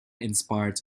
inspired